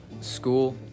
school